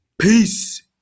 Peace